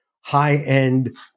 high-end